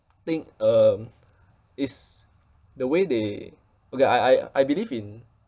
think um is the way they okay I I I believe in